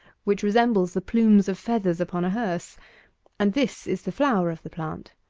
which resembles the plumes of feathers upon a hearse and this is the flower of the plant.